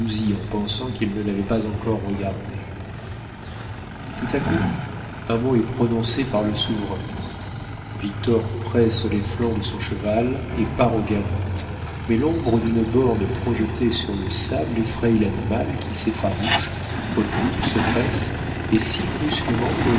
en pensant qu'il ne l'avait pas encore regardée tout à coup un mot est prononcé par le souverain victor presse les flancs de son cheval et part au galop mais l'ombre d'une borne projetée sur le sable effraie l'animal qui s'effarouche recule se dresse et si brusquement que